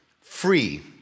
free